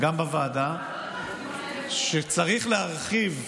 טלי גוטליב (הליכוד): אני לא אשתכנע.